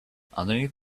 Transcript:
underneath